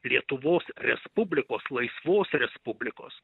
lietuvos respublikos laisvos respublikos